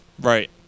Right